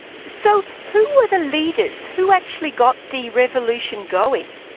so, who were the leaders? who actually got the revolution going?